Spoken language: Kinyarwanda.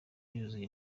yuzuye